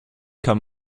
kann